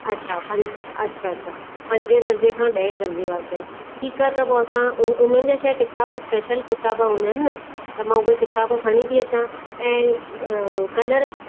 अच्छा पंज अच्छा अच्छा पंजे दरिजे खां ॾहें दरिजे वारे ताईं ठीकु आहे त पो इ असां उन उन्हनि जा छा आहे किताब स्पेशल किताब हूंदा आहिनि न त मां उहे किताब खणी थी अचां ऐं अ कलर